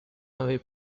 ave